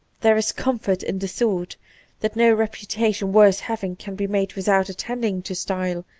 there is comfort in the thought that no reputation worth having can be made without attending to style,